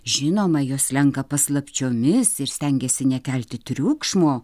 žinoma jos slenka paslapčiomis ir stengiasi nekelti triukšmo